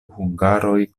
hungaroj